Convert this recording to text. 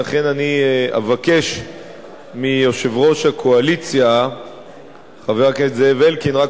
ולכן אני אבקש מיושב-ראש הקואליציה חבר הכנסת זאב אלקין רק